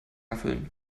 erfüllen